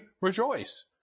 rejoice